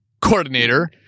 coordinator